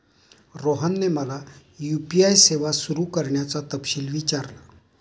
रोहनने मला यू.पी.आय सेवा सुरू करण्याचा तपशील विचारला